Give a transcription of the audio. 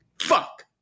Fuck